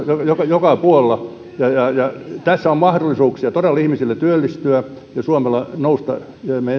joka joka puolella ja tässä on todella mahdollisuuksia ihmisillä työllistyä ja suomella nousta